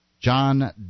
John